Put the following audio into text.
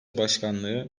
başkanlığı